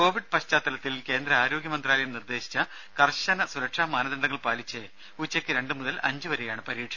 Covid പശ്ചാത്തലത്തിൽ കേന്ദ്ര ആരോഗ്യ മന്ത്രാലയം നിർദേശിച്ച കർശന സുരക്ഷാ മാനദണ്ഡങ്ങൾ പാലിച്ച് ഉച്ചയ്ക്ക് രണ്ടു മുതൽ അഞ്ചു വരെയാണ് പരീക്ഷ